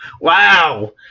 Wow